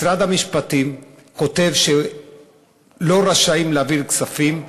משרד המשפטים כותב שלא רשאים להעביר כספים,